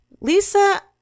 Lisa